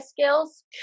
skills